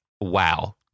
wow